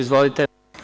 Izvolite.